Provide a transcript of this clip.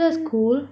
that's cool